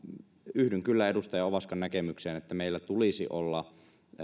yhdyn kyllä edustaja ovaskan näkemykseen että meillä tulisi olla